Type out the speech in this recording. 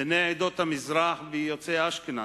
בני עדות המזרח ויוצאי אשכנז,